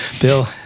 Bill